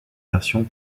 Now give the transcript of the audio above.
versions